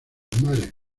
mares